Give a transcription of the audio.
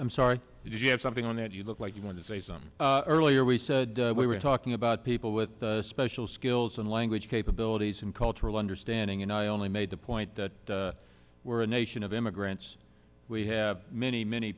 i'm sorry did you have something on that you look like you want to say something earlier we said we were talking about people with special skills and language capabilities and cultural understanding and i only made the point that we're a nation of immigrants we have many many